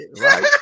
Right